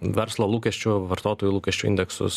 verslo lūkesčių vartotojų lūkesčių indeksus